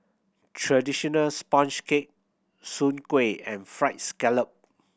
traditional sponge cake Soon Kueh and Fried Scallop